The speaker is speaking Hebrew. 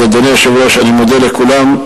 אז אדוני היושב-ראש, אני מודה לכולם.